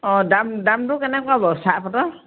অঁ দাম দামটো কেনেকুৱা বাৰু চাহপাতৰ